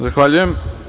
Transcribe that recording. Zahvaljujem.